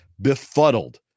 befuddled